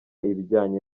ibijyanye